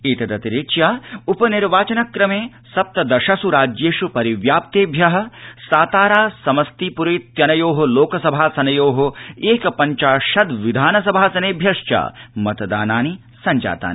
एतदतिरिच्य उपनिर्वाचनक्रमे सप्तदशस् राज्येष् परिव्याप्तेभ्य सातारा समस्तीप्रेत्यनयो लो सभासनयो एँ पञ्चाशद् विधानसभासनेभ्यश्च मतदानानि सञ्जातानि